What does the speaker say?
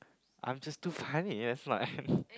I'm just too funny yes my